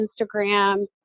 Instagram